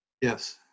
Yes